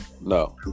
no